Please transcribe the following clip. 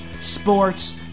sports